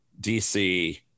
DC